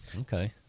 okay